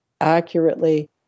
accurately